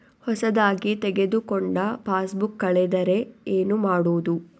ಹೊಸದಾಗಿ ತೆಗೆದುಕೊಂಡ ಪಾಸ್ಬುಕ್ ಕಳೆದರೆ ಏನು ಮಾಡೋದು?